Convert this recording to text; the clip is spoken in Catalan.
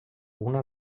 una